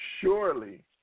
Surely